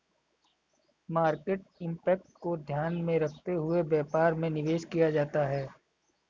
market impact को ध्यान में रखते हुए व्यापार में निवेश किया जाता है